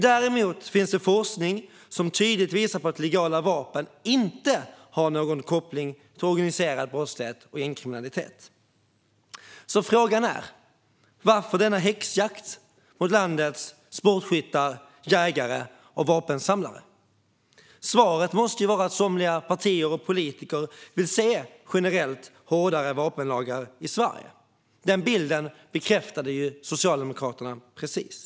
Däremot finns det forskning som tydligt visar på att legala vapen inte har någon koppling till organiserad brottslighet och gängkriminalitet. Frågan är: Varför denna häxjakt mot landets sportskyttar, jägare och vapensamlare? Svaret måste vara att somliga partier och politiker vill se generellt hårdare vapenlagar i Sverige. Den bilden bekräftade Socialdemokraterna precis.